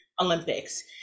Olympics